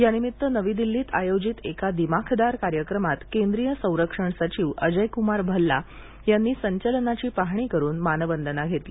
यानिमित्त नवी दिल्लीत आयोजित एका दिमाखदार कार्यक्रमात केंद्रीय संरक्षण सचिव अजय कुमार भल्ला यांनी संचलनाची पाहणी करुन मानवंदना घेतली